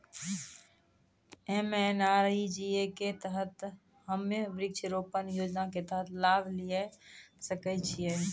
MNREGA के तहत हम्मय वृक्ष रोपण योजना के तहत लाभ लिये सकय छियै?